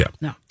no